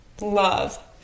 love